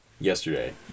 yesterday